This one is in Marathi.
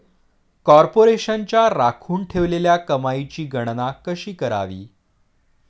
कॉर्पोरेशनच्या राखून ठेवलेल्या कमाईची गणना कशी करावी